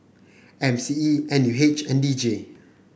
M C E N U H and D J